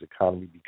economy